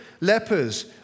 lepers